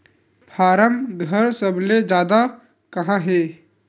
form घर सबले जादा कहां हे